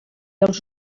els